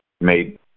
made